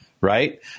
right